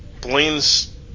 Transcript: Blaine's